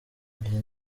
iyi